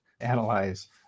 analyze